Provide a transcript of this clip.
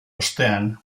ostean